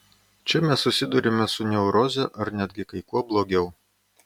čia mes susiduriame su neuroze ar netgi kai kuo blogiau